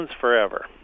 forever